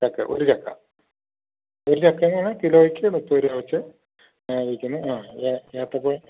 ചക്ക ഒരു ചക്ക ഒരു ചക്കയ്ക്കാണ് കിലോയ്ക്ക് മുപ്പത് രൂപ വെച്ച് വിൽക്കുന്നത് ആ ഏത്തപ്പഴം